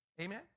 Amen